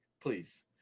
Please